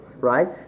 right